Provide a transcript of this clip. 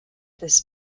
this